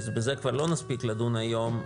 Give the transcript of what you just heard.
ובו כבר לא נספיק לדון היום,